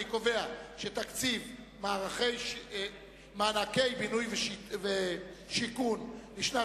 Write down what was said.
אני קובע שתקציב מענקי בינוי ושיכון לשנת